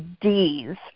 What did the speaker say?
Ds